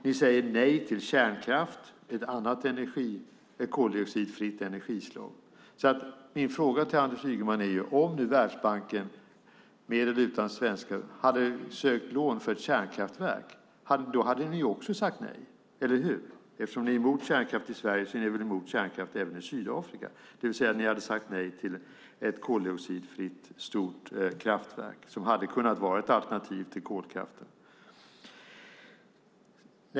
Ni säger nej till kärnkraft som är ett koldioxidfritt energislag. Om nu Sydafrika sökt lån hos Världsbanken för ett kärnkraftverk hade ni också sagt nej, eller hur? Eftersom ni är emot kärnkraft i Sverige är ni väl emot kärnkraft även i Sydafrika. Ni hade sagt nej till ett stort koldioxidfritt kraftverk som hade kunnat vara ett alternativ till kolkraften.